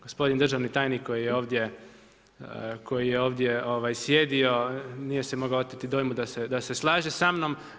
Gospodin državni tajnik koji je ovdje sjedio nije se mogao oteti dojmu da se slaže samnom.